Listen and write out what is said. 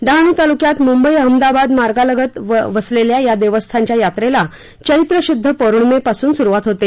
डहाणू तालुक्यात मुंबई अहमदाबाद महामार्गालगत वसलेल्या या देवस्थानच्या यात्रेला चक्तशूद्ध पौर्णिमेपासून सुरुवात होते